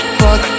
fuck